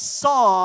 saw